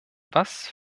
was